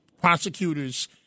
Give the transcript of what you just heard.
prosecutors